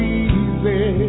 easy